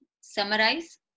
summarize